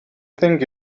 think